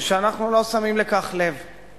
ושאנחנו לא שמים לב לכך